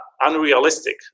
unrealistic